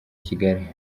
kigali